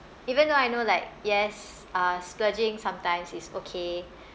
even though I know like yes uh splurging sometimes is okay